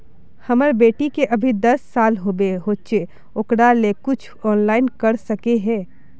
हमर बेटी के अभी दस साल होबे होचे ओकरा ले कुछ ऑनलाइन कर सके है?